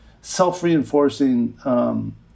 self-reinforcing